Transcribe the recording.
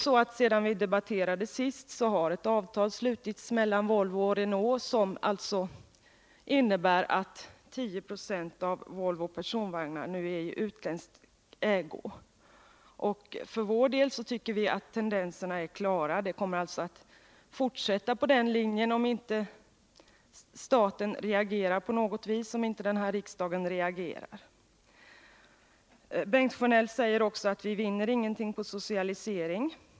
Sedan vi senast debatterade har ett avtal slutits mellan Volvo och Renault, och det innebär alltså att 10 20 av Volvo Personvagnar AB nu är i utländsk ägo. För vår del tycker vi att tendenserna är klara: det kommer att fortsätta på den linjen om inte riksdagen reagerar på något sätt. Bengt Sjönell menar också att vi ingenting vinner på en socialisering.